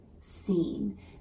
seen